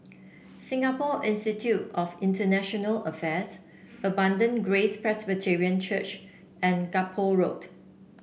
Singapore Institute of International Affairs Abundant Grace Presbyterian Church and Gallop Road